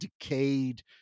decayed